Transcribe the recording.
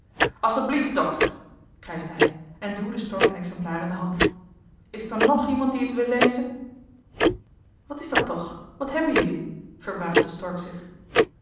dukter krijschte hij en duwde stork een exemplaar in de hand is t er nùg iement die het wil leise wat is dat toch wat hebben jullie verbaasde stork zich